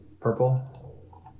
Purple